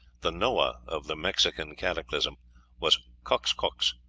the noah of the mexican cataclysm was coxcox,